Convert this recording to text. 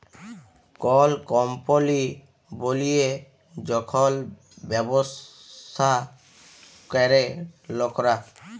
call কম্পলি বলিয়ে যখল ব্যবসা ক্যরে লকরা